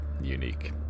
unique